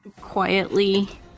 Quietly